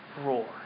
roar